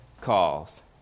calls